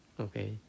okay